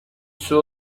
suo